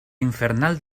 infernal